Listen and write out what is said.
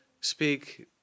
speak